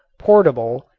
portable,